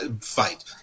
fight